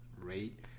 rate